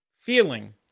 feeling